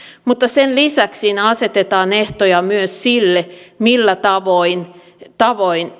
mutta sen lisäksi siinä asetetaan ehtoja myös sille millä tavoin tavoin